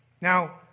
Now